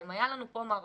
אם היו לנו פה מערכות